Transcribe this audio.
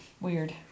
Weird